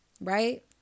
right